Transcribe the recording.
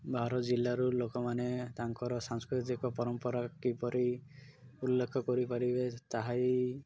ବାହାର ଜିଲ୍ଲାରୁ ଲୋକମାନେ ତାଙ୍କର ସାଂସ୍କୃତିକ ପରମ୍ପରା କିପରି ଉଲ୍ଲେଖ କରିପାରିବେ ତାହିଁ